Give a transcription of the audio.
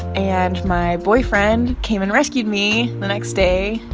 and my boyfriend came and rescued me the next day.